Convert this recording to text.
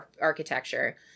architecture